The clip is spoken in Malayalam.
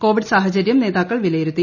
കോവിഡ് സാഹചര്യം നേതാക്കൾ വിലയിരുത്തി